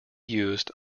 used